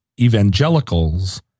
evangelicals